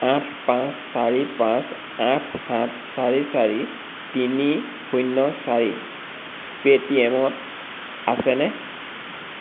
আঠ পাঁচ চাৰি পাঁচ আঠ সাত চাৰি চাৰি তিনি শূন্য চাৰি পে'টিএমত আছেনে